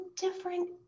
different